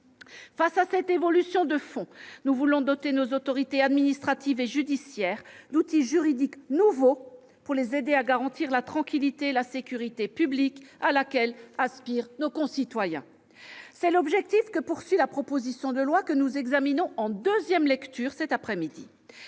Face à cette évolution de fond, nous voulons doter nos autorités administratives et judiciaires d'outils juridiques nouveaux pour les aider à garantir la tranquillité et la sécurité publiques, à laquelle aspirent nos concitoyens. C'est le but visé par la proposition de loi que nous examinons en deuxième lecture cette après-midi.